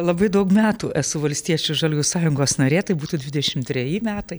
labai daug metų esu valstiečių ir žaliųjų sąjungos narė tai būtų dvidešim treji metai